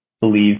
believe